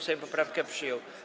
Sejm poprawkę przyjął.